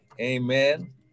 Amen